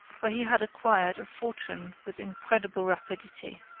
where he had acquired a fortune with incredible rapidity.